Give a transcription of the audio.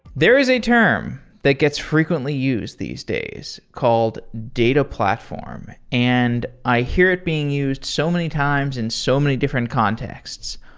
there is a term that gets frequently used these days, called data platform. and i hear it being used so many times in so many different contexts.